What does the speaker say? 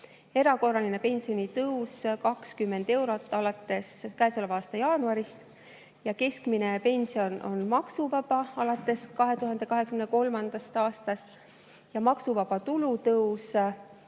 erakorraline pensionitõus 20 eurot alates käesoleva aasta jaanuarist; keskmine pension on maksuvaba alates 2023. aastast; maksuvaba tulu tõuseb